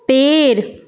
पेड़